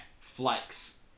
flex